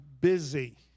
busy